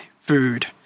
food